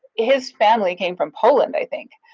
his family came from poland i think.